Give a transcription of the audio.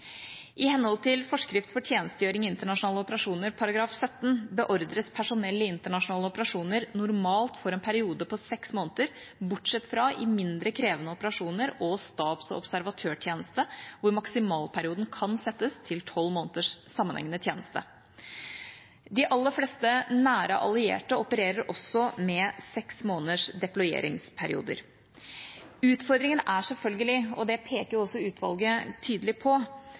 I henhold til Forskrift for tjenestegjøring i internasjonale operasjoner § 17 beordres personell i internasjonale operasjoner normalt for en periode på seks måneder, bortsett fra i mindre krevende operasjoner og stabs- og observatørtjeneste, hvor maksimalperioden kan settes til tolv måneders sammenhengende tjeneste. De aller fleste nære allierte opererer også med seks måneders deployeringsperioder. Utfordringen er selvfølgelig – og det peker også utvalget tydelig på